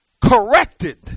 corrected